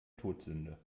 todsünde